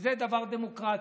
שזה דבר דמוקרטי.